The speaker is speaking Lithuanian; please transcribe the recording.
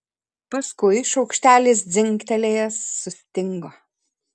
paskui šaukštelis dzingtelėjęs sustingo